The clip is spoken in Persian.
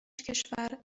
کشور